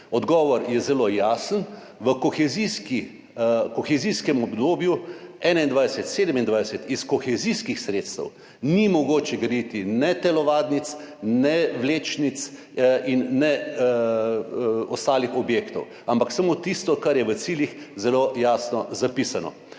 Odgovor je zelo jasen, v kohezijskem obdobju 2021–2027 iz kohezijskih sredstev ni mogoče graditi ne telovadnic ne vlečnic in ne ostalih objektov, ampak samo tisto, kar je v ciljih zelo jasno zapisano.